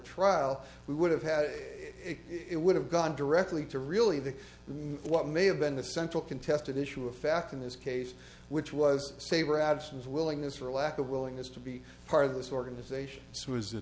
trial we would have had it would have gone directly to really the what may have been the central contested issue of fact in this case which was saber absence of willingness or lack of willingness to be part of this organization was th